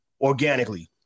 organically